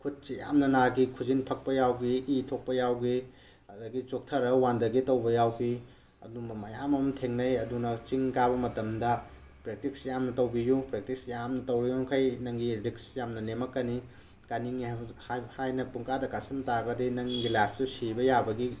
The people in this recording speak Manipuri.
ꯈꯨꯠꯁꯤ ꯌꯥꯝꯅ ꯅꯥꯈꯤ ꯈꯨꯖꯤꯟ ꯐꯛꯄ ꯌꯥꯎꯈꯤ ꯏ ꯊꯣꯛꯄ ꯌꯥꯎꯈꯤ ꯑꯗꯒꯤ ꯆꯣꯛꯊꯔꯒ ꯋꯥꯟꯊꯒꯦ ꯇꯧꯕ ꯌꯥꯎꯈꯤ ꯑꯗꯨꯝꯕ ꯃꯌꯥꯝ ꯑꯃ ꯊꯦꯡꯅꯩ ꯑꯗꯨꯅ ꯆꯤꯡ ꯀꯥꯕ ꯃꯇꯝꯗ ꯄ꯭ꯔꯦꯛꯇꯤꯛꯁ ꯌꯥꯝꯅ ꯇꯧꯕꯤꯌꯨ ꯄ꯭ꯔꯦꯛꯇꯤꯛꯁ ꯌꯥꯝꯅ ꯇꯧꯔꯤꯕ ꯃꯈꯩ ꯅꯪꯒꯤ ꯔꯤꯛꯁ ꯌꯥꯝꯅ ꯅꯦꯝꯃꯛꯀꯅꯤ ꯀꯥꯅꯤꯡꯏ ꯍꯥꯏꯅ ꯄꯨꯡꯀꯥꯗ ꯀꯥꯁꯟꯕ ꯇꯥꯔꯒꯗꯤ ꯅꯪꯒꯤ ꯂꯥꯏꯐꯇꯨ ꯁꯤꯕ ꯌꯥꯕꯒꯤ